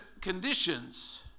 conditions